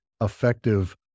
effective